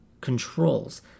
controls